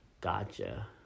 Gotcha